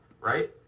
right